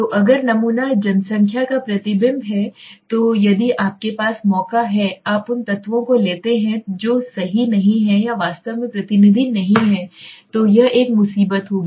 तो अगर नमूना जनसंख्या का प्रतिबिंब है तो यदि आपके पास मौका है आप उन तत्वों को लेते हैं जो सही नहीं हैं या वास्तव में प्रतिनिधि नहीं हैं तो यह एक मुसीबत होगा